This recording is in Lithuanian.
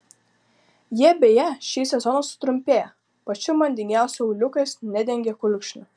jie beje šį sezoną sutrumpėja pačių madingiausių auliukas nedengia kulkšnių